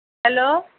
hello